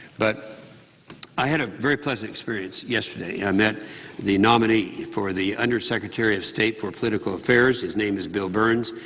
but i had a very pleasant experience yesterday. i met the nominee for the under secretary of state for political affairs. his name is bill verns.